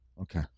okay